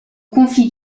conflit